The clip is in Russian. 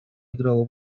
играла